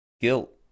guilt